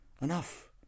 Enough